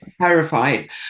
terrified